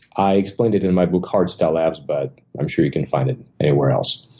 i explained it in my book hard style abs, but i'm sure you can find it anywhere else.